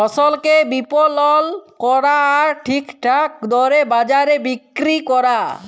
ফসলকে বিপলল ক্যরা আর ঠিকঠাক দরে বাজারে বিক্কিরি ক্যরা